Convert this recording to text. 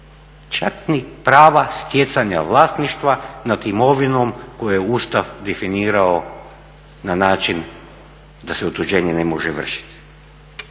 čak ni prava stjecanja vlasništva nad imovinom koju je Ustav definirao na način da se otuđenje ne može vršiti.